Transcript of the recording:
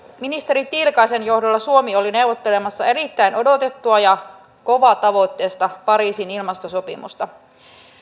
ministeri tiilikaisen johdolla suomi oli neuvottelemassa erittäin odotettua ja kovatavoitteista pariisin ilmastosopimusta